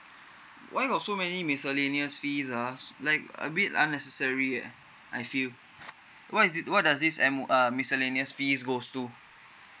why got so many miscellaneous fees ah like a bit unnecessary ah I feel what is it what does this M uh this miscellaneous fees goes to